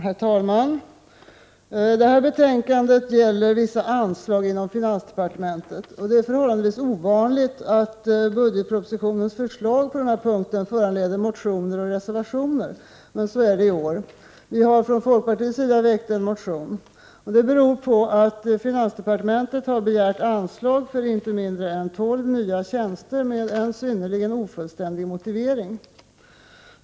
Herr talman! Detta betänkande gäller vissa anslag inom finansdepartementet. Det är förhållandevis ovanligt att budgetpropositionens förslag på denna punkt föranleder motioner och reservationer, men så är det i år. Folkpartiet har väckt en motion, och det beror på att finansdepartementet har begärt anslag för inte mindre än tolv nya tjänster med en synnerligen ofullständig motivering.